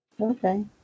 Okay